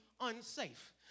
unsafe